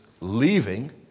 leaving